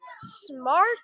smart